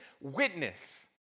witness